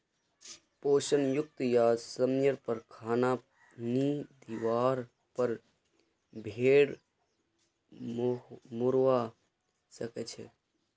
पोषण युक्त या समयर पर खाना नी दिवार पर भेड़ मोरवा सकछे